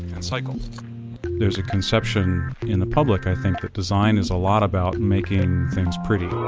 and cycle there's a conception in the public, i think, that design is a lot about making things pretty.